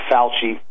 Fauci